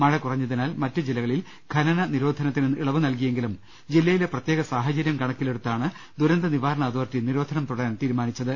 മഴ കുറഞ്ഞതിനാൽ മറ്റ് ജില്ലകളിൽ ഖനന നിരോധനത്തിന് ഇളവ് നൽകി യെങ്കിലും ജില്ലയിലെ പ്രത്യേക സാഹചര്യം കണക്കിലെടുത്താണ് ദുര ന്തനിവാരണ അതോറിറ്റി നിരോധനം തുടരാൻ തീരുമാനിച്ചത്